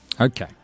Okay